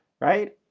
right